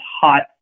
hot